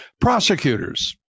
prosecutors